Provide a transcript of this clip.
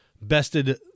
bested